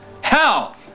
hell